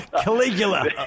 Caligula